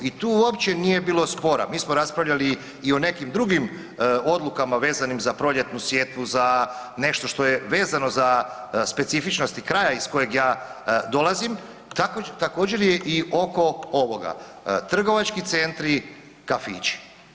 I tu uopće nije bilo spora, mi smo raspravljali i o nekim drugim odlukama vezanim za proljetnu sjetvu, za nešto što je vezano za specifičnosti kraja iz kojeg ja dolazim, također je i oko ovoga, trgovački centri, kafići.